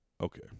Okay